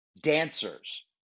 dancers